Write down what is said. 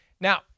Now